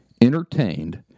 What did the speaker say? entertained